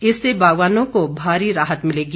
इससे बागवानों को भारी राहत मिलेगी